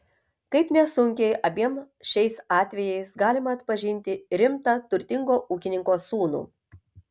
kaip nesunkiai abiem šiais atvejais galima atpažinti rimtą turtingo ūkininko sūnų